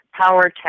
PowerTech